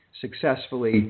Successfully